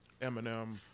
Eminem